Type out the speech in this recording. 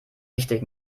wichtig